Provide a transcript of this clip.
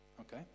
Okay